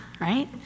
right